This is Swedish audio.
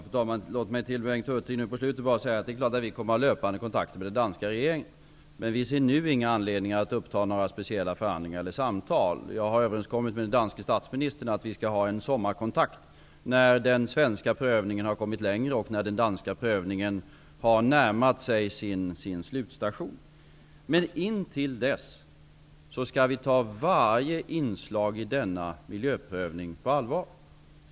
Fru talman! Låt mig till Bengt Hurtig säga att regeringen självfallet kommer att ha löpande kontakter med den danska regeringen. Men vi ser nu ingen anledning att uppta några speciella förhandlingar eller samtal. Jag har överenskommit med den danske statsministern att vi skall ha kontakt i sommar när den svenska prövningen har kommit längre och den danska prövningen har närmat sig sin slutstation. Intill dess skall vi ta varje inslag i denna miljöprövning på allvar.